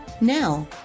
now